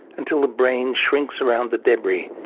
until the brain shrinks around the debris,